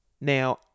Now